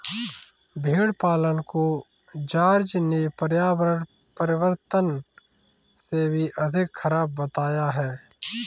भेड़ पालन को जॉर्ज ने पर्यावरण परिवर्तन से भी अधिक खराब बताया है